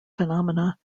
phenomena